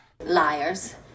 Liars